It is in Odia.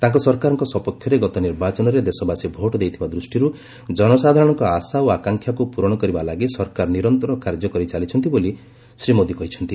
ତାଙ୍କ ସରକାରଙ୍କ ସପକ୍ଷରେ ଗତ ନିର୍ବାଚନରେ ଦେଶବାସୀ ଭୋଟ୍ ଦେଇଥିବା ଦୃଷ୍ଟିରୁ ଜନସାଧାରଣଙ୍କ ଆଶା ଓ ଆକାଂକ୍ଷାକୁ ପ୍ରରଣ କରିବା ଲାଗି ସରକାର ନିରନ୍ତର କାର୍ଯ୍ୟ କରିଚାଲିଛନ୍ତି ବୋଲି ଶ୍ରୀ ମୋଦି କହିଛନ୍ତି